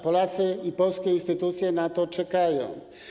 Polacy i polskie instytucje na to czekają.